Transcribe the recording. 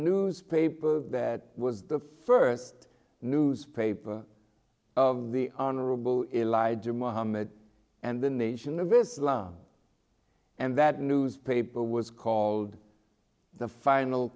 newspaper that was the first newspaper of the honorable elijah muhammad and the nation of islam and that newspaper was called the final